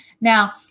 Now